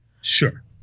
Sure